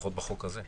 לפחות בחוק הזה.